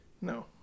No